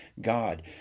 God